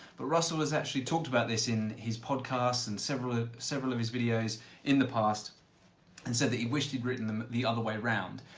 but russell has actually talked about this in his podcast and several ah several of his videos in the past and said that he'd wished he'd written them the other way round.